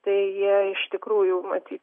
tai jie iš tikrųjų matyt